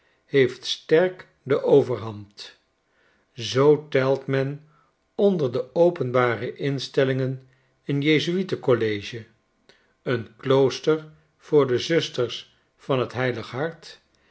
heeft sterk de overhand zoo telt men onder de openbare instellingen een jezu'ietencollege een klooster voor de zusters van t heilige hart